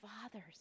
fathers